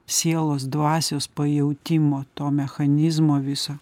sielos dvasios pajautimo to mechanizmo viso